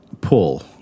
pull